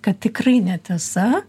kad tikrai netiesa